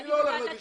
אני לא הולך להגיש